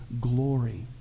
glory